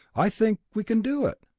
i think we can do it.